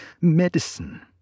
medicine